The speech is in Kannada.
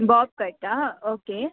ಬಾಬ್ ಕಟ್ಟಾ ಓಕೆ